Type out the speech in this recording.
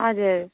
हजुर